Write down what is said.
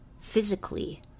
physically